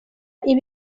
iba